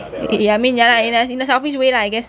ya I mean ya lah in a in a selfish way lah I guess